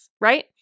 right